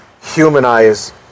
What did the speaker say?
humanize